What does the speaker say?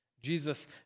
Jesus